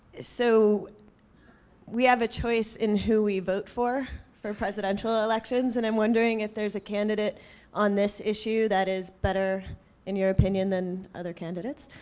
so we have a choice in who we vote for, for presidential elections. and i'm wondering if there's a candidate on this issue that is better in your opinion than other candidates.